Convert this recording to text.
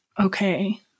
Okay